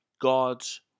God's